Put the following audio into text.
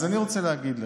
אז אני רוצה להגיד לך,